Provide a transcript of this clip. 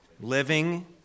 living